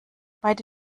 beide